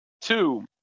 Two